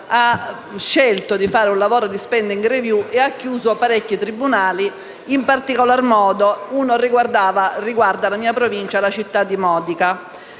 ha scelto di fare un lavoro di *spending review* e ha chiuso parecchi tribunali, in particolar modo uno che concerne la mia Provincia e la città di Modica.